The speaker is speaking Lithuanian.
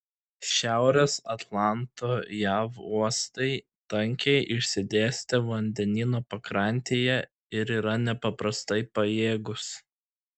šiaurės atlanto jav uostai tankiai išsidėstę vandenyno pakrantėje ir yra nepaprastai pajėgūs